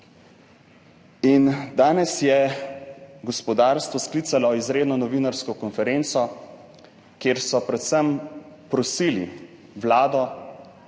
Danes je gospodarstvo sklicalo izredno novinarsko konferenco, kjer so predvsem prosili Vlado,